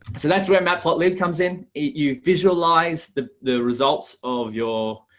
so that's where matplotlib comes in. you visualize the the results of your